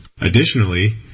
Additionally